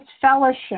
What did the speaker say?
fellowship